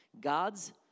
God's